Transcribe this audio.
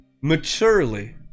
maturely